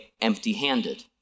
empty-handed